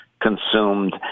consumed